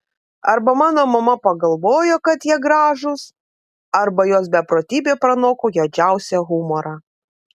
arba mano mama pagalvojo kad jie gražūs arba jos beprotybė pranoko juodžiausią humorą